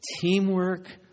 Teamwork